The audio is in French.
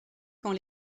quand